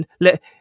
let